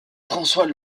françois